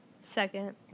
Second